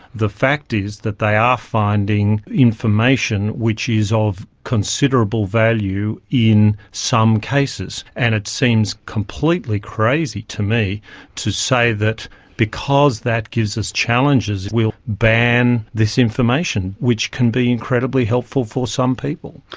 the fact is that they are finding information which is of considerable value in some cases, and it seems completely crazy to me to say that because that gives us challenges we'll ban this information, which can be incredibly helpful for some people.